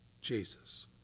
Jesus